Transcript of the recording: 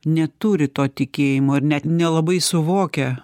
neturi to tikėjimo ir net nelabai suvokia